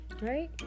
right